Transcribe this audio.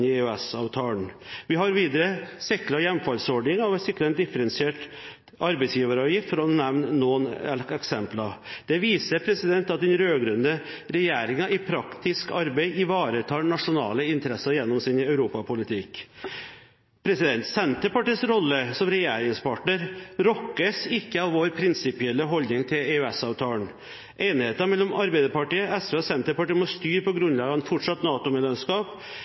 i EØS-avtalen. Vi har videre sikret hjemfallsordningen og en differensiert arbeidsgiveravgift, for å nevne noen eksempler. Det viser at den rød-grønne regjeringen i praktisk arbeid ivaretar nasjonale interesser gjennom sin europapolitikk. Senterpartiets rolle som regjeringspartner rokkes ikke av vår prinsipielle holdning til EØS-avtalen. Enigheten mellom Arbeiderpartiet, SV og Senterpartiet om å styre på grunnlag av fortsatt